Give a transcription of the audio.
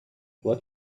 what